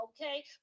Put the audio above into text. okay